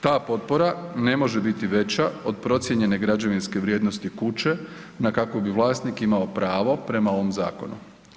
Ta potpora ne može biti veća od procijenjene građevinske vrijednosti kuće na kakvu bi vlasnik imao pravo prema ovom zakonu.